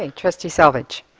ah trustee selvidge